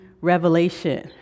revelation